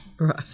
Right